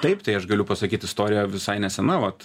taip tai aš galiu pasakyt istorija visai nesena vat